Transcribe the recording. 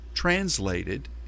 Translated